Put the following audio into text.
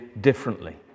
differently